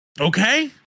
Okay